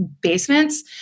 basements